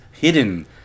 hidden